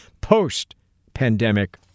post-pandemic